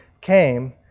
came